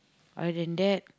other than that